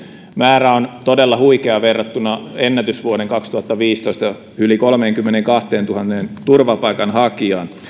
määrä on todella huikea verrattuna ennätysvuoden kaksituhattaviisitoista yli kolmeenkymmeneenkahteentuhanteen turvapaikanhakijaan